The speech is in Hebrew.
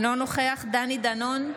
אינו נוכח דני דנון,